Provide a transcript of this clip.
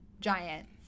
giant